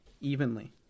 evenly